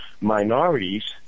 minorities